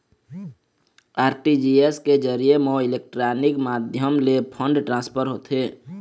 RTGS के जरिए म इलेक्ट्रानिक माध्यम ले फंड ट्रांसफर होथे